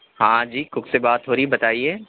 ہاں جی کک سے بات ہو رہی بتائیے